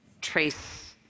trace